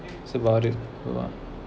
so about it